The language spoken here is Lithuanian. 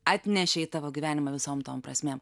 atnešė į tavo gyvenimą visom tom prasmėm